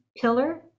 pillar